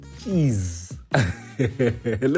Jeez